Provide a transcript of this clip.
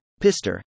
Pister